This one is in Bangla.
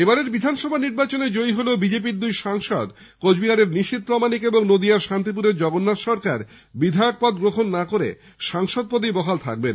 এবারের বিধানসভা নির্বাচনে জয়ী হলেও বিজেপি র দুই সাংসদ কোচবিহারের নিশীথ প্রামাণিক এবং নদীয়ার শান্তিপুরের জগন্নাথ সরকার বিধায়ক পদ গ্রহণ না করে সাংসদ পদেই বহাল থাকবেন